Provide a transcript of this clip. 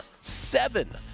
seven